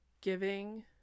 giving